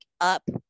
up